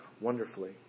wonderfully